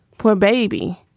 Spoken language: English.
poor baby.